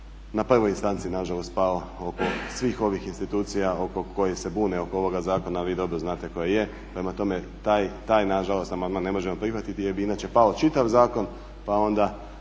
na prvoj instanci nažalost pao oko svih ovih institucija oko kojih se bune oko ovoga zakona, a vi dobro znate koji je. Prema tome, taj nažalost amandman ne možemo prihvatiti jer bi inače pao čitav zakon pa onda